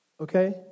Okay